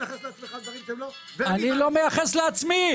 תנכס לעצמך דברים שהם לא -- אני לא מייחס לעצמי.